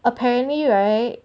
apparently right